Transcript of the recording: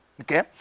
okay